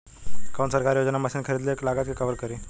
कौन सरकारी योजना मशीन खरीदले के लागत के कवर करीं?